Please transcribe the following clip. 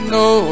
no